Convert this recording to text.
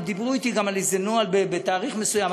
הם גם דיברו אתי על נוהל מתאריך מסוים.